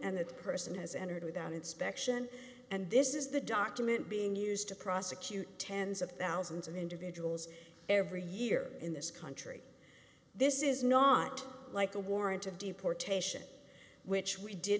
and that person has entered without inspection and this is the document being used to prosecute tens of thousands of individuals every year in this country this is not like the warrant of deportation which we did